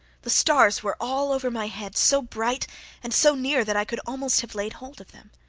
the stars were all over my head, so bright and so near that i could almost have laid hold of them.